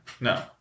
No